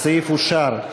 הסעיף אושר.